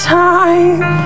time